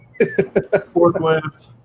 forklift